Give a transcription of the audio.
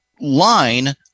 line